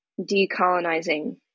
decolonizing